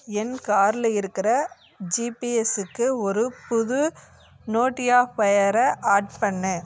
என் கார்ல இருக்கிற G P எஸ்க்கு ஒரு புது நோட்டி ஃபயர ஆட் பண்ணு